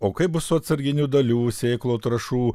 o kaip bus su atsarginių dalių sėklų trąšų